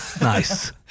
Nice